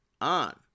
on